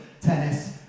tennis